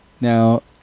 Now